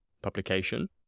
publication